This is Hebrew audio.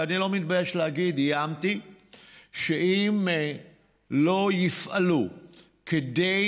ואני לא מתבייש להגיד: איימתי שאם לא יפעלו כדי